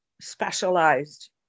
specialized